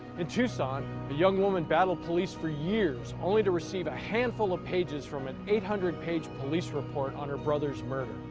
in tucson, a young woman battled police for years, only to receive a handful of pages from an eight hundred page police report on her brother's murder.